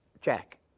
Jack